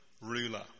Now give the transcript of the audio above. ruler